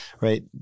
right